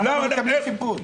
למה הם לא מקבלים פיצוי?